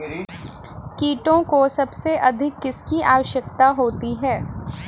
कीटों को सबसे अधिक किसकी आवश्यकता होती है?